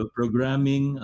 programming